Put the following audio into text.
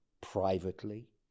privately